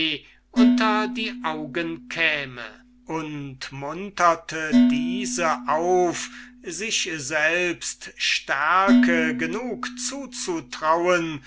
unter die augen käme und munterte diese auf sich selbst stärke genug zu